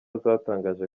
zatangaje